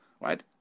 right